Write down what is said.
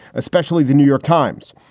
especially the new york times,